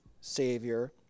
Savior